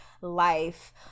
life